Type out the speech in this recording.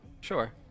Sure